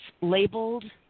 labeled